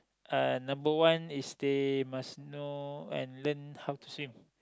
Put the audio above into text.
uh number one is they must know and learn how to swim